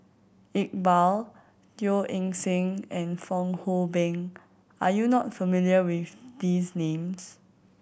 Iqbal Teo Eng Seng and Fong Hoe Beng are you not familiar with these names